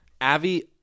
Avi